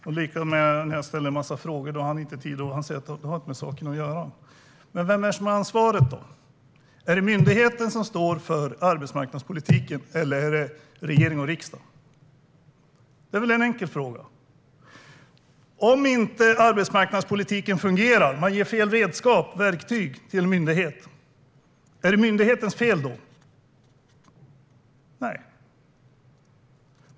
Samma sak händer när jag ställer en massa frågor. Då säger han att de inte har med saken att göra. Vem är det då som har ansvaret? Är det myndigheten som står för arbetsmarknadspolitiken, eller är det regering och riksdag? Det är väl en enkel fråga? Om arbetsmarknadspolitiken inte fungerar och man ger fel verktyg till en myndighet, är det myndighetens fel då? Nej.